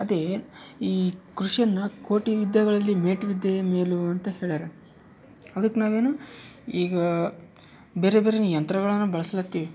ಅದೇ ಈ ಕೃಷಿಯನ್ನು ಕೋಟಿ ವಿದ್ಯೆಗಳಲ್ಲಿ ಮೇಟ್ ವಿದ್ಯೆಯೇ ಮೇಲು ಅಂತ ಹೇಳ್ಯಾರ ಅದಕ್ಕೆ ನಾವೇನು ಈಗ ಬೇರೆ ಬೇರೆ ನೀ ಯಂತ್ರಗಳನ್ನು ಬಳಸ್ಲತ್ತಿ